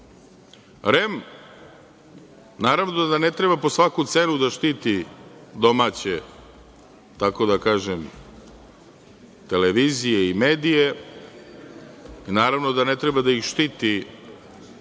REM. Naravno da REM ne treba po svaku cenu da štiti domaće, tako da kažem, televizije i medije. Naravno da ne treba da ih štiti više